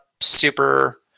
super